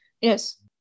yes